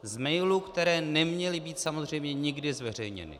Z mailů, které neměly být samozřejmě nikdy zveřejněny.